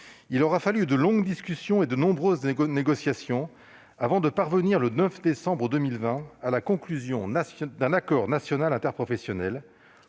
il aura fallu de longues discussions et de nombreuses négociations avant de parvenir, le 9 décembre 2020, à la conclusion de l'ANI pour une prévention